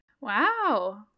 Wow